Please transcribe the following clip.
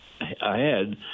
ahead